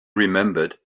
remembered